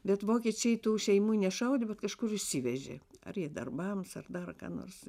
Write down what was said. bet vokiečiai tų šeimų nešaudė bet kažkur išsivežė ar jie darbams ar dar ką nors